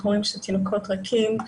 אנחנו רואים שתינוקות רכים,